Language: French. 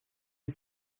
est